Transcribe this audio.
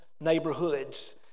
neighborhoods